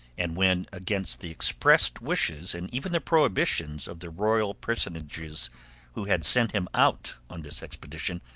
and when, against the expressed wishes, and even the prohibitions, of the royal personages who had sent him out on this expedition,